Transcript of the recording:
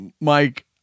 Mike